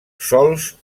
sols